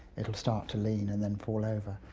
it will start to lean and then fall over.